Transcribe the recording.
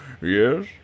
yes